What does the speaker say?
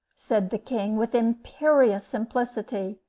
said the king, with imperious simplicity,